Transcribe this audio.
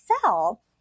cell